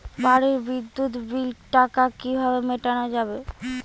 বাড়ির বিদ্যুৎ বিল টা কিভাবে মেটানো যাবে?